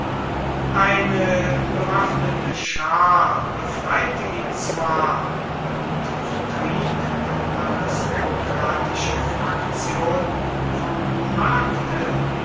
eine bewaffnete schar befreite ihn zwar und vertrieb die aristokratische fraktion vom markte